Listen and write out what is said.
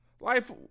Life